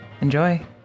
Enjoy